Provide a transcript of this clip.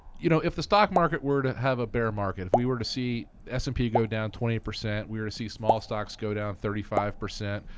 you know if the stock market were to have a bear market, if we were to see s and p go down twenty percent, we were to see small stocks go down thirty five percent,